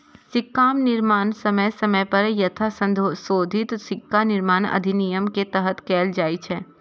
सिक्काक निर्माण समय समय पर यथासंशोधित सिक्का निर्माण अधिनियम के तहत कैल जाइ छै